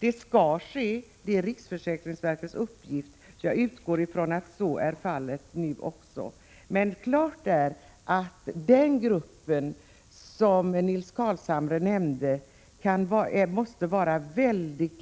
Det är riksförsäkringsverkets uppgift, och jag utgår från att så sker. Den grupp som Nils Carlshamre nämnde är mycket